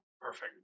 Perfect